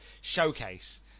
showcase